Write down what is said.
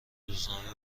روزنامه